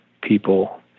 people